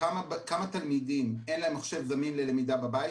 לכמה תלמידים אין מחשב זמין ללמידה בבית.